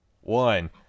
one